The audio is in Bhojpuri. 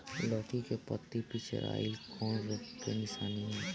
लौकी के पत्ति पियराईल कौन रोग के निशानि ह?